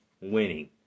winning